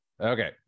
okay